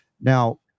Now